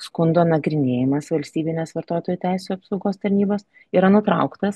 skundo nagrinėjimas valstybinės vartotojų teisių apsaugos tarnybos yra nutrauktas